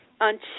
on